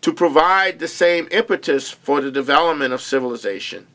to provide the same impetus for the development of civilization